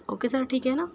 okay sir ٹھیک ہے نا